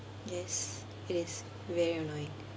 yes it is very annoying